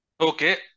Okay